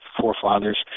forefathers